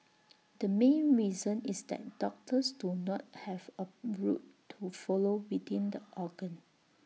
the main reason is that doctors do not have A route to follow within the organ